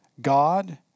God